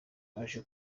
aje